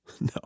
No